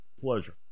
Pleasure